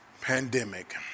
pandemic